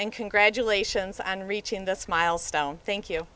and congratulations on reaching this milestone thank you